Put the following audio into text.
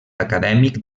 acadèmic